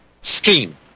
scheme